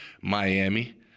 Miami